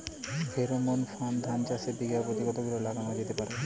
Pheromone ফাঁদ ধান চাষে বিঘা পতি কতগুলো লাগানো যেতে পারে?